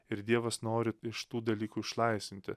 ir dievas nori iš tų dalykų išlaisvinti